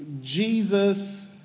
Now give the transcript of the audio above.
Jesus